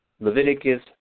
Leviticus